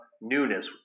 newness